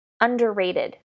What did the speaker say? underrated